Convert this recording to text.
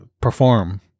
perform